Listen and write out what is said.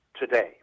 Today